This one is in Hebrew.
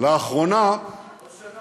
לאחרונה, זה אותו נאום.